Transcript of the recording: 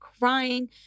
crying